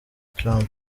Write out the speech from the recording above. trump